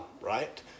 right